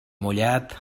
mullat